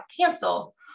cancel